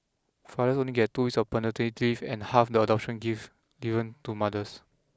fathers only get two weeks of paternity leave and half the adoption give given to mothers